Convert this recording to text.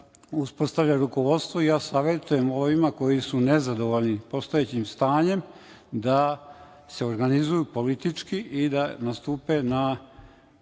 uspostavlja rukovodstvo. Ja savetujem ovima koji su nezadovoljni postojećim stanjem da se organizuju politički i da nastupaju